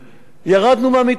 ירדנו מהמדרכה,